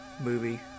Movie